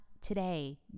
today